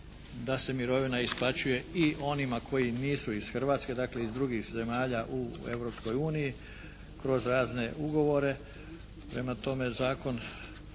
da se mirovina isplaćuje i onima koji nisu iz Hrvatske, dakle iz drugih zemalja u Europskoj uniji kroz razne ugovore. Prema tome zakon